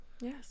yes